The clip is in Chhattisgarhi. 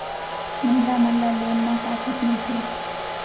महिला मन ला लोन मा का छूट मिलथे?